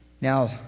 Now